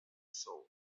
soul